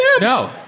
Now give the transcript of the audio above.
No